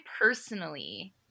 personally